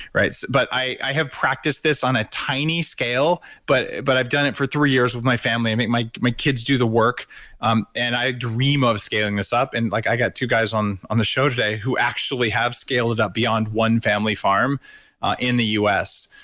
but i i have practiced this on a tiny scale, but but i've done it for three years with my family. my my kids do the work um and i dream of scaling this up. and like i got two guys on on the show today who actually have scaled it up beyond one family farm in the us.